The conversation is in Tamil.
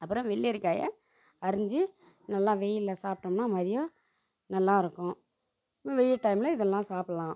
அப்புறம் வெள்ளரிக்காய அரிஞ்சு நல்லா வெயிலில் சாப்பிட்டோம்னா மதியம் நல்லா இருக்கும் வெயில் டைமில் இதெல்லாம் சாப்பிட்லாம்